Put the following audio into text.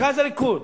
מרכז הליכוד